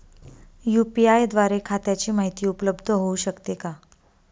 UPI द्वारे खात्याची माहिती उपलब्ध होऊ शकते का?